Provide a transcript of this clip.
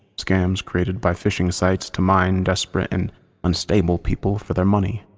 scams created by phishing sites to mine desperate and unstable people for their money.